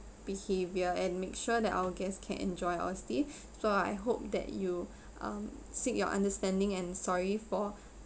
behavior and make sure that our guests can enjoy uh stay so I hope that you um seek your understanding and sorry for